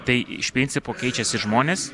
tai iš principo keičiasi žmonės